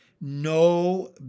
No